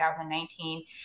2019